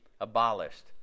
abolished